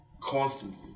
constantly